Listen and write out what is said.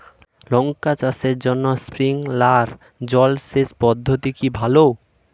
লঙ্কা চাষের জন্য স্প্রিংলার জল সেচ পদ্ধতি কি ভালো?